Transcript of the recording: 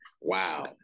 Wow